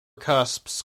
cusps